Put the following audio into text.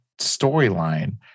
storyline